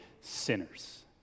sinners